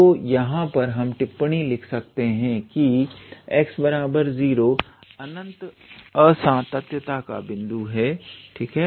तो यहां पर हम टिप्पणी लिख सकते हैं कि x0 अनंत असांतत्यता का बिंदु है ठीक है